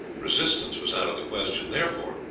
resistance was out of the question therefore,